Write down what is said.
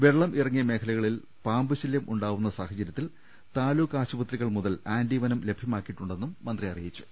വെള്ളം ഇറങ്ങിയ മേഖലകളിൽ പാമ്പു ശല്യം ഉണ്ടാവുന്ന സാഹചര്യത്തിൽ താലൂക്ക് ആശുപത്രികൾ മുതൽ ആന്റി വെനം ലഭ്യമാക്കിയിട്ടുണ്ടെന്നും മന്ത്രി അറിയിച്ചു